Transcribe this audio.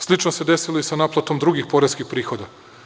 Slično se desilo i sa naplatom drugih poreskih prihoda.